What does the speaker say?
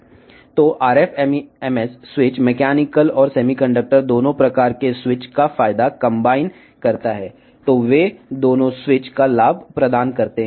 కాబట్టి RF MEMS స్విచ్లు యాంత్రిక మరియు సెమీకండక్టర్ రకం స్విచ్ల రెండింటి ప్రయోజనాన్ని మిళితం చేస్తే రెండు స్విచ్ల ప్రయోజనాన్ని అందిస్తాయి